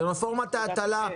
כמה ייחסך ברפורמת ההטלה?